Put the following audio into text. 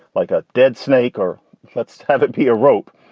like a dead snake or let's have it be a rope,